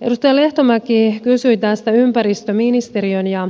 edustaja lehtomäki kysyi tästä ympäristöministeriön ja